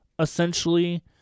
essentially